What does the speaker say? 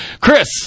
Chris